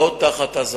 לא תחת אזהרה,